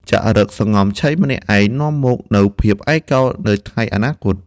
ចរិត «សំងំឆីម្នាក់ឯង» នាំមកនូវភាពឯកោនៅថ្ងៃអនាគត។